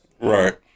Right